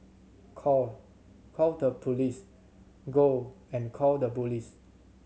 call call the police go and call the police